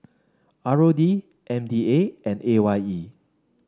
R O D M D A and A Y E